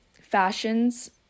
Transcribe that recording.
fashions